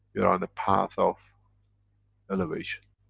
you're on a path of elevation.